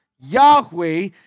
Yahweh